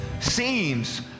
seems